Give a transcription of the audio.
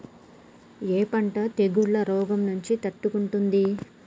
ఏ పంట తెగుళ్ల రోగం నుంచి తట్టుకుంటుంది?